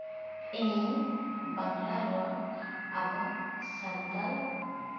ᱤᱧ ᱵᱟᱝᱞᱟ ᱨᱚᱲ ᱟᱵᱚ ᱥᱟᱱᱛᱟᱲ